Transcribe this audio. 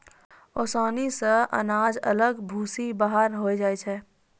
ओसानी से अनाज अलग भूसी बाहर होय जाय छै